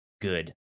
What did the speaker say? good